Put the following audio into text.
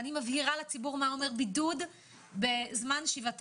אני מבהירה לציבור מה זה אומר בידוד בזמן שובם